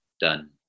done